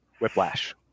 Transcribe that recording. Whiplash